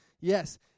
Yes